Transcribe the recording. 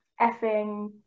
effing